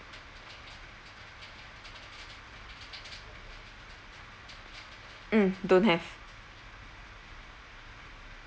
mm don't have